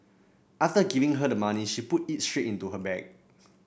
after giving her the money she put it straight into her bag